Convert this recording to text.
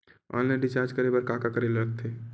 Online recharge करे बर का का करे ल लगथे?